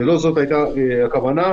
ולא זאת הייתה הכוונה.